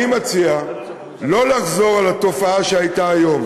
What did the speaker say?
אני מציע לא לחזור על התופעה שהייתה היום,